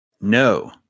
No